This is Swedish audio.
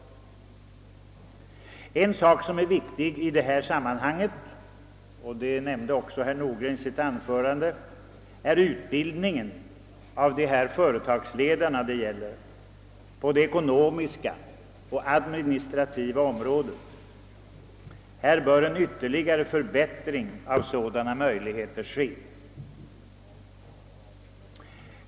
En sak som är viktig i detta sammanhang, och den nämnde också herr Nordgren i sitt anförande, är utbildningen av de företagsledare det gäller på det ekonomiska och administrativa området. En ytterligare förbättring av sådana möjligheter bör ske.